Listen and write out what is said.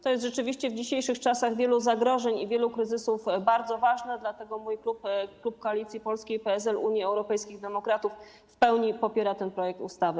To jest rzeczywiście w dzisiejszych czasach wielu zagrożeń i wielu kryzysów bardzo ważne, dlatego mój klub, klub Koalicji Polskiej - PSL, Unii Europejskich Demokratów w pełni popiera ten projekt ustawy.